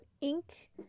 ink